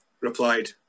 replied